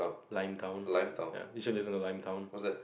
lion town ya you should listen to lion town